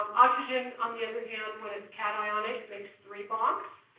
oxygen, on the other hand, when it's cationic, makes three bonds.